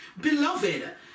beloved